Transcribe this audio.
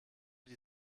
die